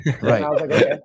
right